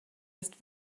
ist